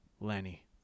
Lenny